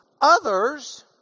Others